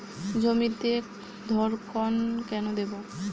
জমিতে ধড়কন কেন দেবো?